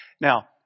now